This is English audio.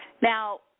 Now